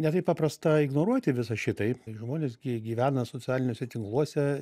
ne taip paprasta ignoruoti visa šitai žmonės gi gyvena socialiniuose tinkluose